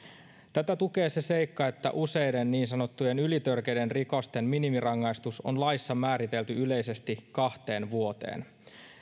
tätä tukee se seikka että useiden niin sanottujen ylitörkeiden rikosten minimirangaistus on laissa määritelty yleisesti kahteen vuoteen